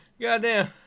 Goddamn